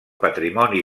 patrimoni